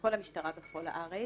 כל המשטרה בכל הארץ.